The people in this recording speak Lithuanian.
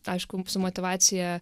aišku su motyvacija